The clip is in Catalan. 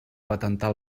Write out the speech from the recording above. patentar